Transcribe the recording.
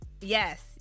yes